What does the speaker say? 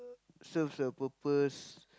serves a purpose